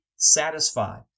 Satisfied